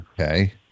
Okay